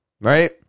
right